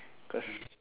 cause